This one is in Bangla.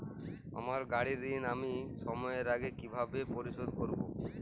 আমার গাড়ির ঋণ আমি সময়ের আগে কিভাবে পরিশোধ করবো?